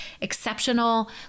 exceptional